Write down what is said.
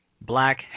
black